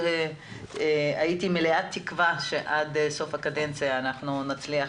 הייתי מלאת תקווה שעד סוף הקדנציה נצליח